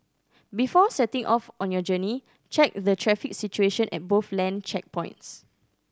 before setting off on your journey check the traffic situation at both land checkpoints